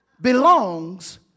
belongs